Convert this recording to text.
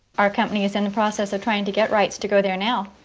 our company is in the process of trying to get rights to go there now.